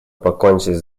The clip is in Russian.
покончить